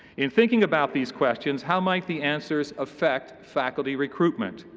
in thinking about these questions, how might the answers affect faculty recruitment?